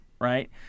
right